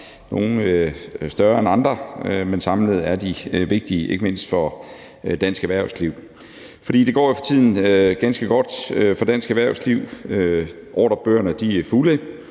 nogle større end andre, men samlet set er de vigtige ikke mindst for dansk erhvervsliv. For det går jo for tiden ganske godt for dansk erhvervsliv, ordrebøgerne er fulde,